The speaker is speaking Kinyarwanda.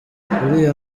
uriya